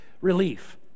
relief